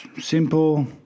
simple